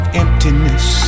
emptiness